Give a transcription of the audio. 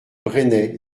bresnay